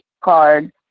card